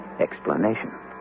explanation